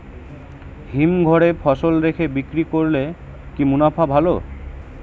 হিমঘরে ফসল রেখে বিক্রি করলে কি মুনাফা ভালো?